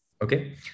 Okay